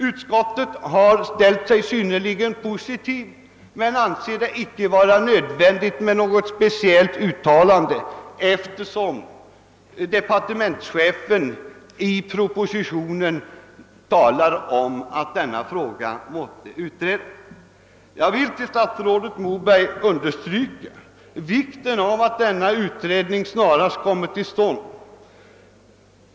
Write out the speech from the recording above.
Utskottet har ställt sig synnerligen positivt till motionen men icke ansett det vara nödvändigt att riksdagen gör något uttalande i frågan, eftersom föredragande statsrådet i propositionen framhållit att den bör utredas. Jag vill för statsrådet Moberg understryka vikten av att denna utredning snarast kommer till stånd.